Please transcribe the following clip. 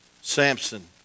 Samson